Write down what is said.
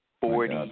Forty